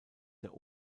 der